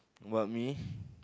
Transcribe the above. what me